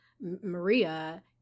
Maria